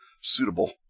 suitable